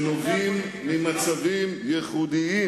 ממצבים ייחודיים.